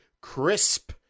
crisp